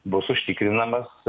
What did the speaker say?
bus užtikrinamas